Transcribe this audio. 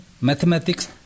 mathematics